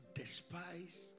despise